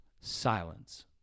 Silence